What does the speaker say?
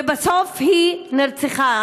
ובסוף היא נרצחה.